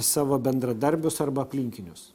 savo bendradarbius arba aplinkinius